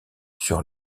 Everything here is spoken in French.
sur